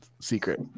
secret